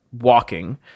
walking